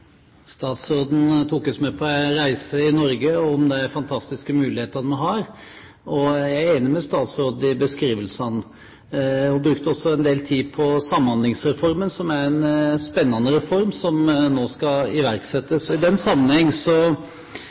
Statsråden tok oss med på en reise i Norge, med de fantastiske mulighetene vi har. Jeg er enig med statsråden i beskrivelsene. Hun brukte også en del tid på Samhandlingsreformen, som er en spennende reform som nå skal iverksettes. I den sammenheng